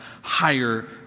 higher